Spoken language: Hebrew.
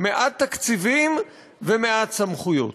מעט תקציבים ומעט סמכויות.